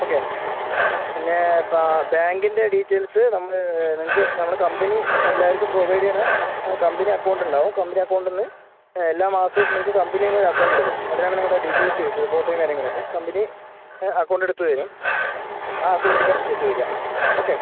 okay പിന്നെ ഇപ്പോൾ ബാങ്കിൻ്റെ ഡീറ്റെയിൽസ് നമ്മൾ നിങ്ങൾക്ക് നമ്മുടെ കമ്പനി എല്ലാർക്കും പ്രൊവൈഡ് ചെയ്യുന്ന കമ്പനി അക്കൗണ്ട് ഉണ്ടാവും കമ്പനി അക്കൗണ്ടിൽ നിന്ന് എല്ലാ മാസവും നിങ്ങൾക്ക് കമ്പനിയിൽ നിന്ന് ഒരു അക്കൗണ്ട് എടുക്കും അതിന് ആണ് നിങ്ങളുടെ ഡീറ്റെയിൽസ് ചോദിച്ചത് ഫോട്ടോയും കാര്യങ്ങൾ ഒക്കെ കമ്പനി അക്കൗണ്ട് എടുത്ത് തരും ആ അക്കൗണ്ടിലേക്ക് ആണ് പൈസ വരുക ഓക്കെ